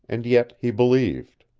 and yet he believed.